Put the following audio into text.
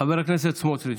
חבר הכנסת סמוטריץ',